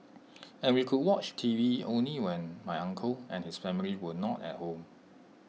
and we could watch TV only when my uncle and his family were not at home